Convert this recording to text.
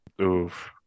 Oof